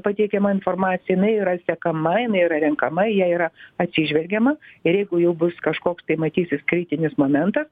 pateikiama informacija jinai yra sekamai jinai yra renkama į ją yra atsižvelgiama ir jeigu jau bus kažkoks tai matysis kritinis momentas